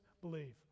believe